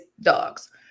dogs